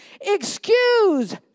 excuse